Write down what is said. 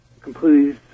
completely